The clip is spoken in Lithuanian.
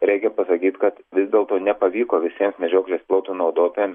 reikia pasakyti kad vis dėlto nepavyko visiems medžioklės plotų naudotojams